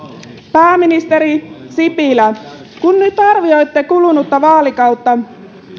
pääministeri sipilä kun nyt arvioitte kulunutta vaalikautta